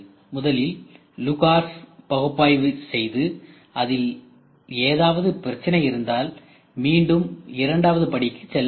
முதலில் LUCAS பகுப்பாய்வு செய்து அதில் ஏதாவது பிரச்சினை இருந்தால் மீண்டும் இரண்டாவது படிக்கு செல்ல வேண்டும்